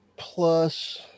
plus